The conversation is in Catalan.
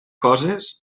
coses